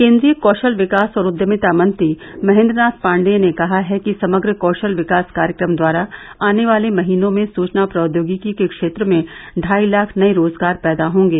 केन्द्रीय कौशल विकास और उद्यमिता मंत्री महेन्द्र नाथ पांडेय ने कहा है कि समग्र कौशल विकास कार्यक्रम द्वारा आने वाले महीनों में सूचना प्रौद्योगिकी के क्षेत्र में ढाई लाख नए रोजगार पैदा होंगे